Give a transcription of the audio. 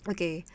Okay